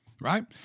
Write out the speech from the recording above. Right